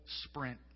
sprint